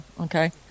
okay